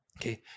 okay